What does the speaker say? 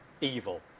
evil